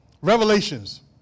Revelations